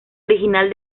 original